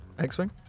x-wing